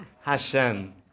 Hashem